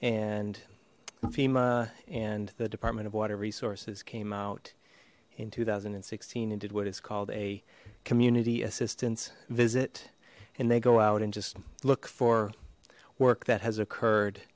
fema and the department of water resources came out in two thousand and sixteen and did what is called a community assistance visit and they go out and just look for work that has occurred